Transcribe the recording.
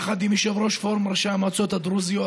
יחד עם יושב-ראש פורום ראשי המועצות הדרוזיות